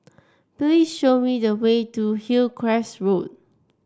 please show me the way to Hillcrest Road